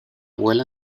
vuela